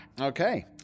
Okay